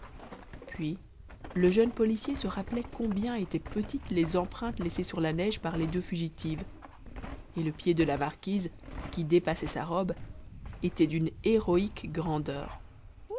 puis le jeune policier se rappelait combien étaient petites les empreintes laissées sur la neige par les deux fugitives et le pied de la marquise qui dépassait sa robe était d'une héroïque grandeur